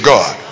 God